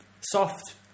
Soft